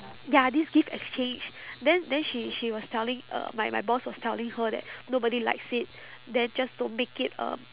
ya this gift exchange then then she she was telling uh my my boss was telling her that nobody likes it then just don't make it um